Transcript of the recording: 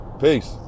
Peace